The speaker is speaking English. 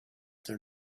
their